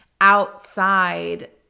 outside